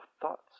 thoughts